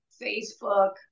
Facebook